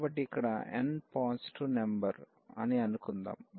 కాబట్టి ఇక్కడ n positive number అని అనుకుందాం